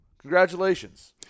Congratulations